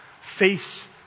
face